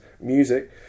music